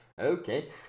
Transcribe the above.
Okay